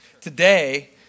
Today